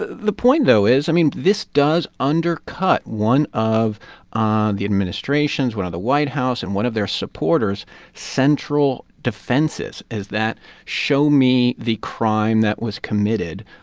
the the point, though, is, i mean, this does undercut one of ah the administration's, one of the white house and one of their supporters' central defenses, is that show me the crime that was committed.